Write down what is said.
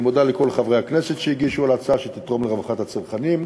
אני מודה לכל חברי הכנסת שהגישו על ההצעה שתתרום לרווחת הצרכנים,